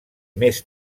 més